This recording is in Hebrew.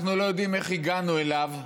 אנחנו לא יודעים איך הגענו אליו.